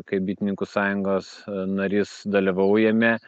kaip bitininkų sąjungos narys dalyvau jame